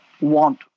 want